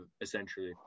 essentially